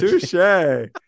touche